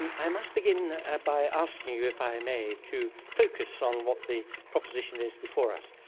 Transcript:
i must begin ah by asking you, if i may, to focus on what the proposition is before us.